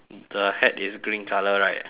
the hat is green colour right